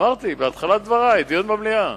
אמרתי בתחילת דברי, דיון במליאה.